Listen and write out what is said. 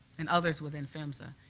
and others within phmsa,